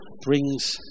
brings